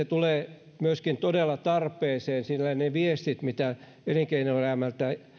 tulee todella tarpeeseen niiden viestien perusteella mitä elinkeinoelämältä